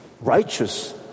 righteous